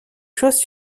choses